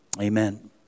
Amen